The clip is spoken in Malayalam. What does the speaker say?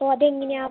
അപ്പോൾ അത് എങ്ങനെയാണ്